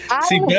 see